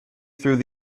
through